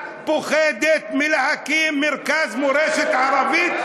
את פוחדת מלהקים מרכז מורשת ערבית,